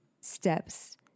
steps